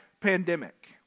pandemic